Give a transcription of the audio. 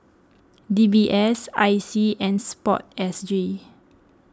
D B S I C and Sport S G